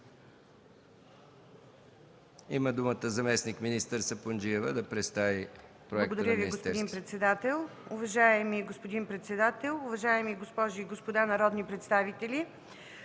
Има думата заместник-министър Сапунджиева да представи Проекта на Министерския съвет.